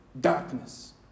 darkness